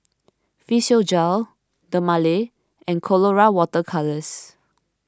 Physiogel Dermale and Colora Water Colours